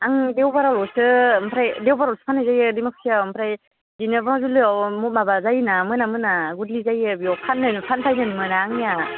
आं देवबारावल'सो ओमफ्राय देवबारावसो फाननाय जायो दिमाखुसियाव ओमफ्राय बिदिनो बावजुलियाव माबा जायोना मोना मोना गिदिर जायो बेयाव फानथायनोनो मोना आंनिया